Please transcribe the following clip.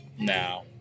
now